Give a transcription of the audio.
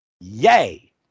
Yay